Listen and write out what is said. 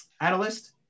analyst